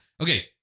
Okay